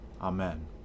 Amen